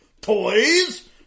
Toys